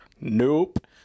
nope